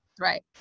Right